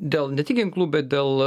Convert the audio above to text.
dėl ne tik ginklų bet dėl